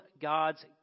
God's